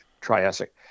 triassic